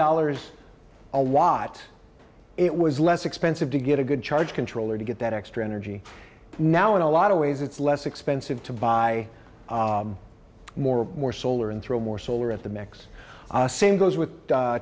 dollars a watt it was less expensive to get a good charge controller to get that extra energy now in a lot of ways it's less expensive to buy more more solar and throw more solar at the mix same goes with